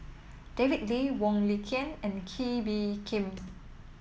David Lee Wong Lin Ken and Kee Bee Khim